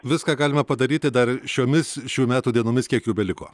viską galima padaryti dar šiomis šių metų dienomis kiek jų beliko